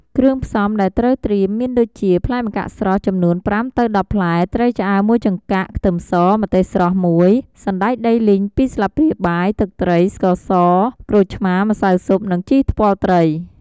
គ្រឿងផ្សំដែលត្រូវត្រៀមមានដូចជាផ្លែម្កាក់ស្រស់ ចំនួន ៥ ទៅ ១០ ផ្លែ ត្រីឆ្អើរ ១ ចង្កាក់ ខ្ទឹមស ម្ទេសស្រស់ ១ សណ្ដែកដីលីង ២ ស្លាបព្រាបាយ ទឹកត្រី ស្ករស ក្រូចឆ្មារ ម្សៅស៊ុប និង ជីថ្ពាល់ត្រី។